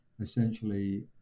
essentially